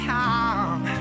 time